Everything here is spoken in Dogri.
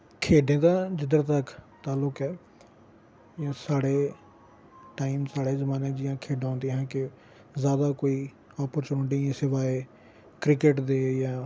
खेढें दा जिद्धर तक तालुक ऐ जां साढ़े टाइम जां साढ़े जमाने च जेह्ड़ियां खेढां होंदियां हियां कि ज्यादा कोई ओपरच्यून्टि सिवाए क्रिकेट दे जां